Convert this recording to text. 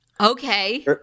Okay